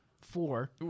four